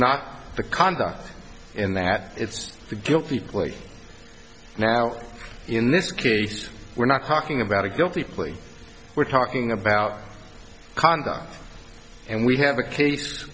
not the conduct in that it's the guilty plea now in this case we're not talking about a guilty plea we're talking about conduct and we have a case